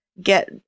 get